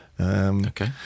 Okay